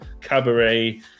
cabaret